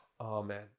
Amen